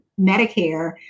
Medicare